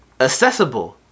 accessible